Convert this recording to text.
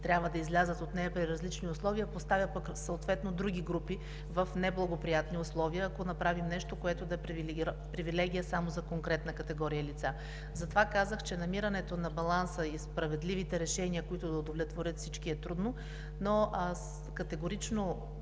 трябва да излязат от нея при различни условия, поставя пък съответно други групи в неблагоприятни условия, ако направим нещо, което да е привилегия само за конкретна категория лица. Затова казах, че намирането на баланса и справедливите решения, които да удовлетворят всички, е трудно, но категорично